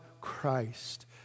Christ